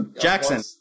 Jackson